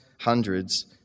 hundreds